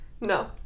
No